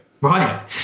right